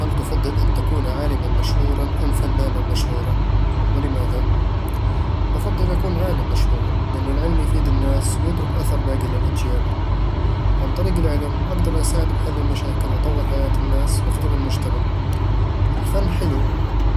هل تفضل أن تكون عالمًا مشهورًا أم فنانًا مشهورًا؟ ولماذا؟ بفضّل أكون عالم مشهور، لأنه العلم يفيد الناس ويترك أثر باقي للأجيال عن طريق العلم، أقدر أساعد بحل المشاكل وأطور حياة الناس وأخدم المجتمع الفن حلو،